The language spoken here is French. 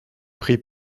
pris